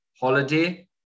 holiday